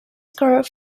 score